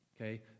Okay